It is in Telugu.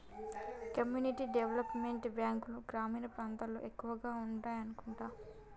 కమ్యూనిటీ డెవలప్ మెంట్ బ్యాంకులు గ్రామీణ ప్రాంతాల్లో ఎక్కువగా ఉండాయనుకుంటా